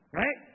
right